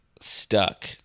stuck